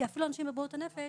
כי אפילו אנשים בבריאות הנפש